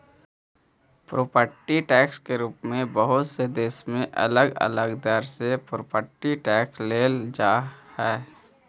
property tax के रूप में बहुते देश में अलग अलग दर से प्रॉपर्टी टैक्स लेल जा हई